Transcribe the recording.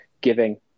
giving